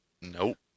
nope